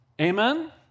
Amen